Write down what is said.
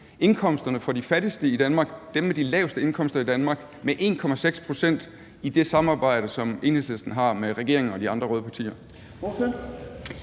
indkomsterne for de fattigste i Danmark, dem med de laveste indkomster, med 1,6 pct. i det samarbejde, som Enhedslisten har med regeringen og de andre røde partier.